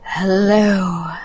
Hello